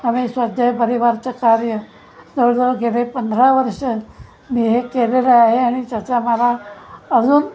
आम्ही स्वाध्याय परिवाराचं कार्य जवळजवळ गेले पंधरा वर्ष मी हे केलेलं आहे आणि त्याच्या मला अजून